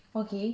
okay